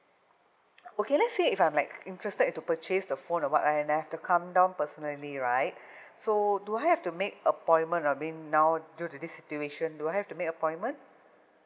okay let's say if I'm like interested to purchase the phone or what and I have to come down personally right so do I have to make a appointment I mean now due to the situation do I have to make a appointment